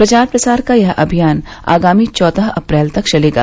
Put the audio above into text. प्रचार प्रसार का यह अभियान आगामी चौदह अप्रैल तक चलेगा